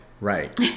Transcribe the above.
right